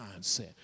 mindset